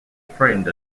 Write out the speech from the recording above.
frightened